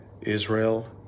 Israel